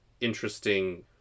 interesting